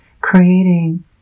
creating